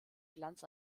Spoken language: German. glanz